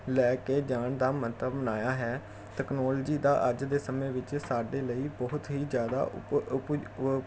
ਲੈ ਕੇ ਜਾਣ ਦਾ ਮੰਤਵ ਬਣਾਇਆ ਹੈ ਤਕਨੋਲਜੀ ਦਾ ਅੱਜ ਦੇ ਸਮੇਂ ਵਿੱਚ ਸਾਡੇ ਲਈ ਬਹੁਤ ਹੀ ਜ਼ਿਆਦਾ ਉਪ ਉਪ